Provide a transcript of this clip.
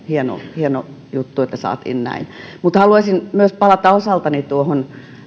hieno hieno juttu että saatiin näin mutta haluaisin myös palata osaltani tuohon